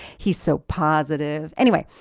he's so positive. anyway.